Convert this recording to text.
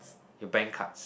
your bank cards